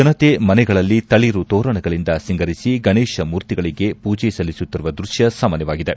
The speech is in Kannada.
ಜನತ ಮನೆಗಳಲ್ಲಿ ತಳರು ತೋರಣಗಳಿಂದ ಸಿಂಗರಿಸಿ ಗಣೇಶಮೂರ್ತಿಗಳಿಗೆ ಪೂಜೆ ಸಲ್ಲಿಸುತ್ತಿರುವ ದೃತ್ಯ ಸಾಮಾನ್ಯವಾಗಿದೆ